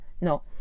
No